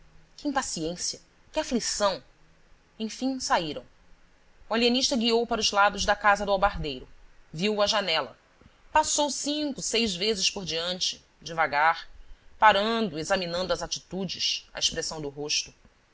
que impaciência que aflição enfim saíram o alienista guiou para os lados da casa do albardeiro viu-o à janela passou cinco seis vezes por diante devagar parando examinando as atitudes a expressão do rosto